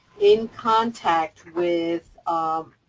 in contact with, um,